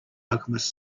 alchemist